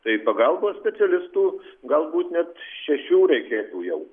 tai pagalbos specialistų galbūt net šešių reikėtų jau